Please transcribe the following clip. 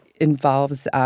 involves –